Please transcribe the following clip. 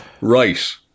Right